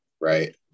Right